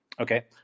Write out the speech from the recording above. Okay